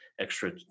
extra